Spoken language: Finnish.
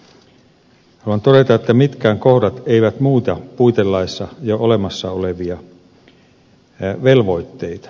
haluan todeta että mitkään kohdat eivät muuta puitelaissa jo olemassa olevia velvoitteita